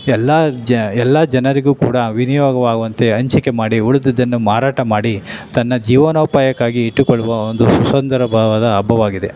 ಎಲ್ಲ ಜ ಎಲ್ಲ ಜನರಿಗೂ ಕೂಡ ವಿನಿಯೋಗವಾಗುವಂತೆ ಹಂಚಿಕೆ ಮಾಡಿ ಉಳಿದಿದ್ದನ್ನು ಮಾರಾಟ ಮಾಡಿ ತನ್ನ ಜೀವನೋಪಾಯಕ್ಕಾಗಿ ಇಟ್ಟುಕೊಳ್ಳುವ ಒಂದು ಸುಸಂದರ್ಭವಾದ ಹಬ್ಬವಾಗಿದೆ